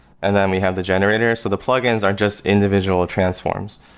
and then we have the generator. so the plugins are just individual transforms.